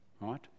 right